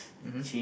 mmhmm